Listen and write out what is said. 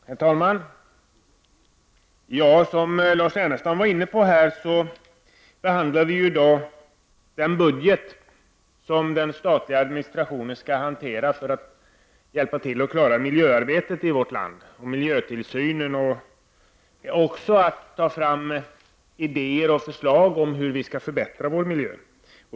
Herr talman! Som Lars Ernestam sade behandlar vi ju i dag den budget = 18 april 1990 som den statliga administrationen skall hantera för att hjälpa till att klara miljöarbetet i vårt land: miljötillsynen och framtagandet av idéer och förslag om hur vi skall kunna förbättra vår miljö.